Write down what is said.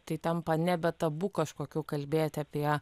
tai tampa nebe tabu kažkokių kalbėti apie